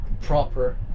proper